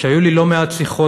שהיו לי לא מעט שיחות,